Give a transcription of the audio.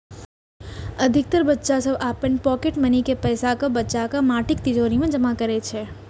अधिकतर बच्चा सभ अपन पॉकेट मनी के पैसा कें बचाके माटिक तिजौरी मे जमा करै छै